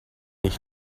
ich